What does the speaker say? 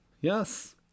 yes